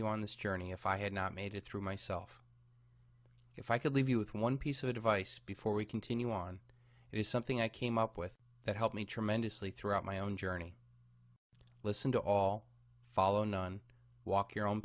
you on this journey if i had not made it through myself if i could leave you with one piece of advice before we continue on is something i came up with that helped me tremendously throughout my own journey listen to all follow none walk your own